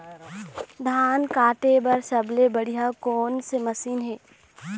धान काटे बर सबले बढ़िया कोन से मशीन हे?